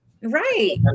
Right